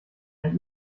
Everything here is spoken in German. einen